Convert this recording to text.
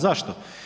Zašto?